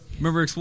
Remember